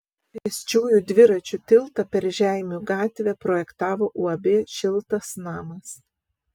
pėsčiųjų dviračių tiltą per žeimių gatvę projektavo uab šiltas namas